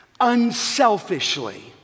unselfishly